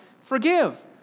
forgive